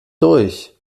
durch